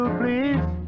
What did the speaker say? please